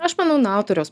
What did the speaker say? aš manau nuo autoriaus